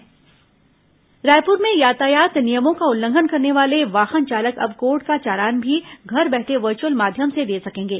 चालान virtual court Raipur में यातायात नियमों का उल्लंघन करने वाले वाहन चालक अब कोर्ट का चालान भी घर बैठे वर्चुअल माध्यम से दे सकेंगे